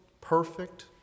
perfect